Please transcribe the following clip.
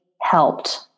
helped